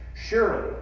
surely